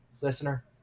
listener